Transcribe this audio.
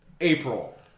April